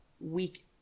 week